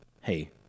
Hey